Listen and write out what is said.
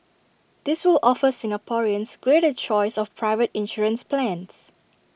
this will offer Singaporeans greater choice of private insurance plans